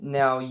now